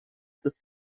ist